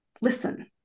listen